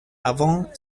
avant